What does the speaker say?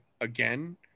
again